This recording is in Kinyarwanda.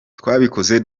twabikoze